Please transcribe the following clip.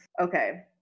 Okay